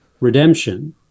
redemption